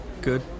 good